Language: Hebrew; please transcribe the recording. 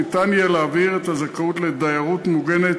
ניתן יהיה להעביר את הזכאות לדיירות מוגנת